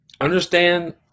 Understand